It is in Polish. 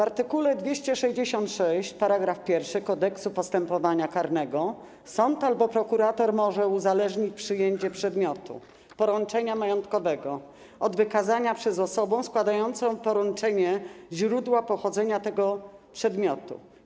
Art. 266 § 1 Kodeksu postępowania karnego: Sąd albo prokurator może uzależnić przyjęcie przedmiotu poręczenia majątkowego od wykazania przez osobę składającą poręczenie źródła pochodzenia tego przedmiotu.